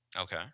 Okay